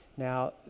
Now